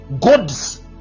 God's